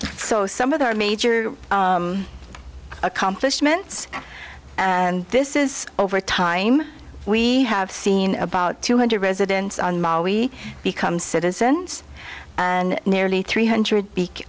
so some of their major accomplishments and this is over time we have seen about two hundred residents on maui become citizens and nearly three hundred b